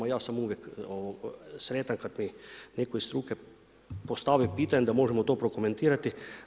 Ja sam uvijek sretan kada mi neko iz struke postavi pitanje da možemo to prokomentirati.